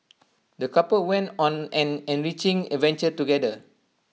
the couple went on an enriching adventure together